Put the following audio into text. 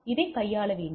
எனவே இதை கையாள வேண்டும்